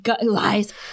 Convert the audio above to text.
Lies